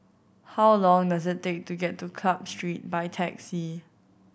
how long does it take to get to Club Street by taxi